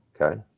okay